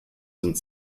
sind